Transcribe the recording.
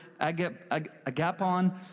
agapon